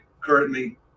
currently